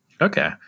Okay